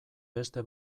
beste